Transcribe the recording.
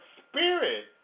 spirit